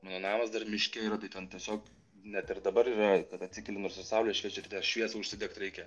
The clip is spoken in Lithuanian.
mano namas dar miške yra tai ten tiesiog net ir dabar yra kad atsikeliu nors ir saulė šviečia šviesą užsidegt reikia